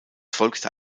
folgte